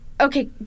okay